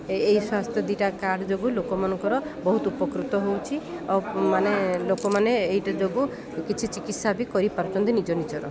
ଏଇ ସ୍ୱାସ୍ଥ୍ୟ ଦୁଇଟା କାର୍ଡ୍ ଯୋଗୁଁ ଲୋକମାନଙ୍କର ବହୁତ ଉପକାର ହେଉଛି ଆଉ ମାନେ ଲୋକମାନେ ଏଇଟା ଯୋଗୁଁ କିଛି ଚିକିତ୍ସା ବି କରିପାରୁଛନ୍ତି ନିଜ ନିଜର